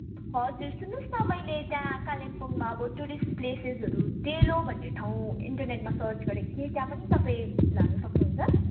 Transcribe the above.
हजुर सुन्नुहोस् मैले त्यहाँ कालिम्पोङमा अब टुरिस्ट प्लेसेसहरू डेलो भन्ने ठाउँ इन्टरनेटमा सर्च गरेको थिएँ त्यहाँ पनि तपाईँ लान सक्नुहुन्छ